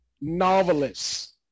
novelists